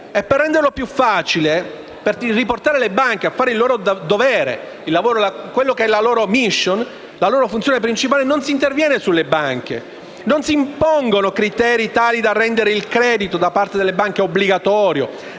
Per renderlo più facile, per riportare le banche a fare il loro dovere, la loro *mission*, la loro funzione principale, non si interviene sulle banche, non si impongono criteri tali da rendere il credito da parte delle banche obbligatorio,